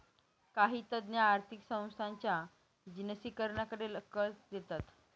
काही तज्ञ आर्थिक संस्थांच्या जिनसीकरणाकडे कल देतात